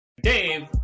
Dave